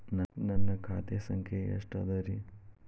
ನನ್ನ ಖಾತೆ ಸಂಖ್ಯೆ ಎಷ್ಟ ಅದರಿ?